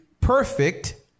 perfect